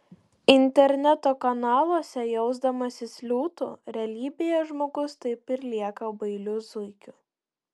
interneto kanaluose jausdamasis liūtu realybėje žmogus taip ir lieka bailiu zuikiu